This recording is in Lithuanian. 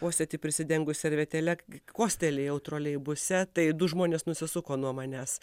kosėti prisidengus servetėle kostelėjau troleibuse tai du žmonės nusisuko nuo manęs